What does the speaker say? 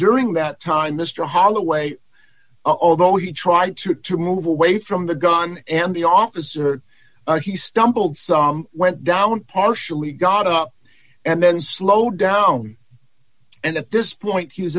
during that time mr holloway although he tried to to move away from the gun and the officer he stumbled some went down partially got up and then slowed down and at this point he was